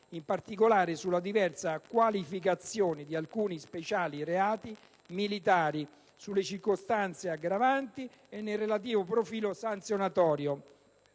(in particolare, una diversa qualificazione di alcuni speciali reati militari e di alcune circostanze aggravanti e relativo profilo sanzionatorio).